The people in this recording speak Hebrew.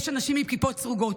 יש אנשים עם כיפות סרוגות.